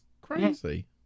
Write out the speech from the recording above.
crazy